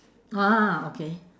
ah okay